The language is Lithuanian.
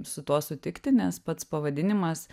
su tuo sutikti nes pats pavadinimas